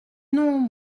non